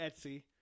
Etsy